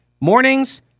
mornings